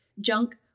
junk